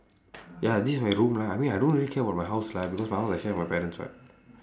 ya this is my room lah I mean I don't really care about my house lah because my house I share with my parents [what]